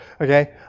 Okay